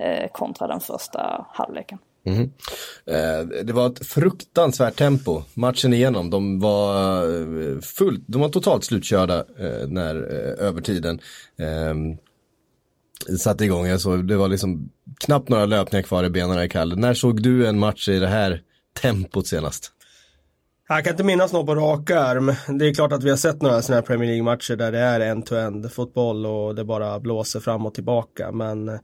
eh, kontra den första halvleken. Mhm. Eh, det var ett fruktansvärt tempo, matchen igenom. De var, eh, fullt- de var totalt slutkörda, eh, när, eh, övertiden, ehm, satte igång. Jag såg- det var liksom knappt några löpningar kvar i benen när det gällde. När såg du en match i det här tempot senast? Jag kan inte minnas något på rak arm. Det är klart att vi har sett några såna här Premier League-matcher där det är end-to-end fotboll och det bara blåser fram och tillbaka. Men-